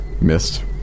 missed